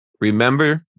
Remember